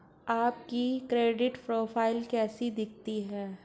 आपकी credit profile कैसी दिखती है?